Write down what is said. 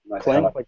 playing